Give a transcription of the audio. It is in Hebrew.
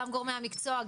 גם גורמי המקצוע,